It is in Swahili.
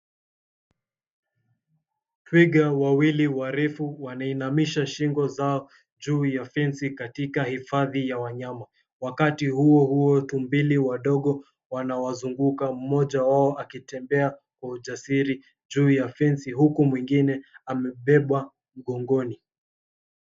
Twiga wawili warefu wanainamisha shingo zao juu ya fence katika hifadhi ya wanyama. Wakati huo huo tumbili wadogo wanawazunguka mmoja wao akitembea kwa ujasiri juu ya fence huku mwingine amebebwa mgongoni.